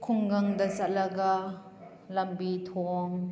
ꯈꯨꯡꯒꯪꯗ ꯆꯠꯂꯒ ꯂꯝꯕꯤ ꯊꯣꯡ